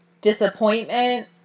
disappointment